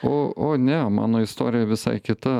o o ne mano istorija visai kita